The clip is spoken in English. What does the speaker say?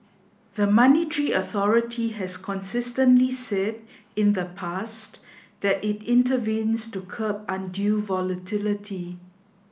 the monetary authority has consistently said in the past that it intervenes to curb undue volatility